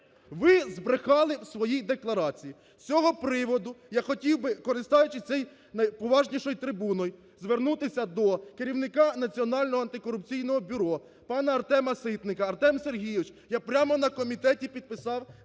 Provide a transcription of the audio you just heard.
Ви збрехали в своїй декларації. З цього приводу я хотів би, користуючись цією найповажнішою трибуною, звернутися до керівника Національного антикорупційного бюро пана Артема Ситника. Артем Сергійович, я прямо на комітеті підписав заяву